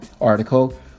article